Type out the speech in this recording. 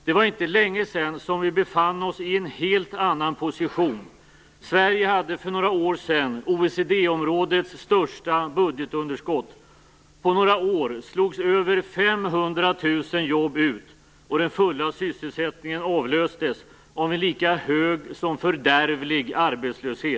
Det var inte länge sedan som vi befann oss i en helt annan position. Sverige hade för några år sedan OECD-områdets största budgetunderskott. På några år slogs över 500 000 jobb ut, och den fulla sysselsättningen avlöstes av en lika hög som fördärvlig arbetslöshet.